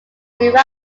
derived